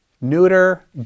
neuter